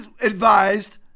advised